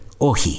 ohi